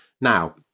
Now